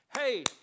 Hey